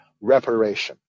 reparation